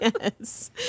Yes